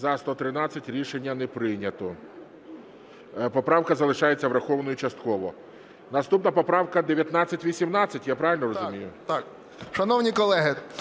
За-113 Рішення не прийнято. Поправка залишається врахованою частково. Наступна поправка 1918, я правильно розумію? 11:01:12